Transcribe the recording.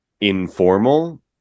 informal